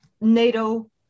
NATO